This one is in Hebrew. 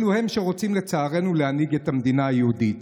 אלו הם שרוצים, לצערנו, להנהיג את המדינה היהודית.